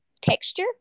texture